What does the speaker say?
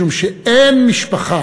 משום שאין משפחה